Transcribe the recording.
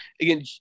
Again